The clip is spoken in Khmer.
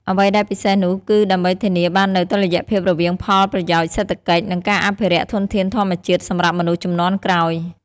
អ្វីដែលពិសេសនោះ គឺដើម្បីធានាបាននូវតុល្យភាពរវាងផលប្រយោជន៍សេដ្ឋកិច្ច និងការអភិរក្សធនធានធម្មជាតិសម្រាប់មនុស្សជំនាន់ក្រោយ។